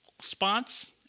spots